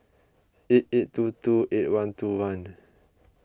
eight eight two two eight one two one